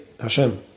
Hashem